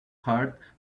heart